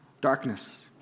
Darkness